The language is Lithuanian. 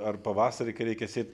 ar pavasarį kai reikia sėt